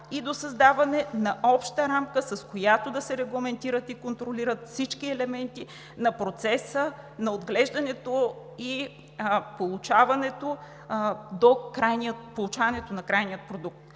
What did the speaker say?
и създаване на обща рамка, с която да се регламентират и контролират всички елементи на процеса на отглеждането и получаването на крайния продукт.